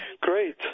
Great